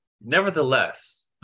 nevertheless